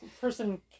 person